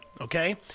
Okay